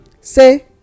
say